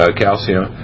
calcium